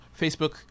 Facebook